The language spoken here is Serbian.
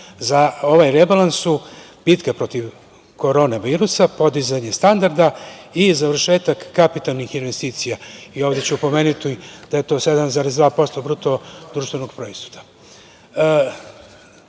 za ovaj rebalans su bitka protiv korona virusa, podizanje standarda i završetak kapitalnih investicija, i ovde ću pomenuti da je to 7,2% BDP.Prva tema, borba